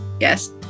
Yes